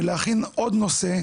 ולהכין עוד נושא,